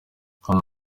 kandi